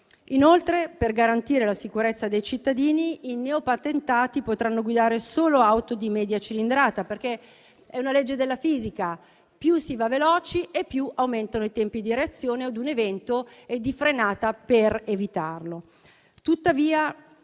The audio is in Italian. Inoltre, per garantire la sicurezza dei cittadini i neopatentati potranno guidare solo auto di media cilindrata. È una legge della fisica: più si va veloci e più aumentano i tempi di reazione a un evento e di frenata per evitarlo.